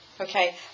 okay